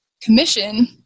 commission